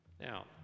now